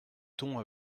ton